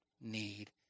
need